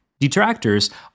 Detractors